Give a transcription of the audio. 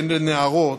ולנערות,